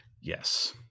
Yes